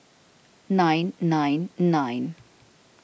nine nine nine